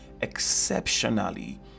exceptionally